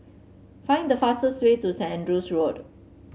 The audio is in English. find the fastest way to Saint Andrew's Road